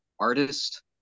artist